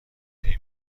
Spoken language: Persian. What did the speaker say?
این